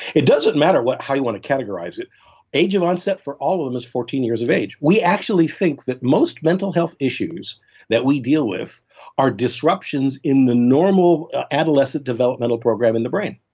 it doesn't matter how you want to categorize it age of onset for all of them is fourteen years of age. we actually think that most mental health issues that we deal with are disruptions in the normal adolescent developmental program in the brain.